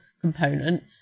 component